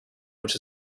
which